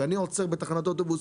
כשאני עוצר בתחנת אוטובוס